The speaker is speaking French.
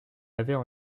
avaient